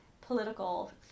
political